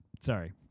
Sorry